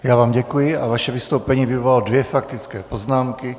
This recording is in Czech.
Já vám děkuji a vaše vystoupení vyvolalo dvě faktické poznámky.